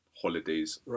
holidays